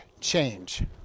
change